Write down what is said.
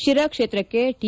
ಶಿರಾ ಕ್ಷೇತ್ರಕ್ಕೆ ಟಿ